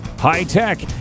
High-tech